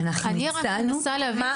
זכאי חוק השבות אמורים להיות משולבים